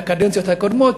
בקדנציות הקודמות,